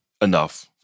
enough